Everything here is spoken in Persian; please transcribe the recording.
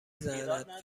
زند